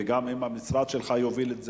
וגם אם המשרד שלך יוביל את זה,